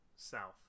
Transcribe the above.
South